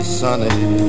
sunny